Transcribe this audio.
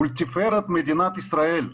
ולתפארת מדינת ישראל,